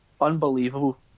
Unbelievable